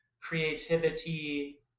creativity